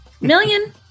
million